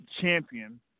champion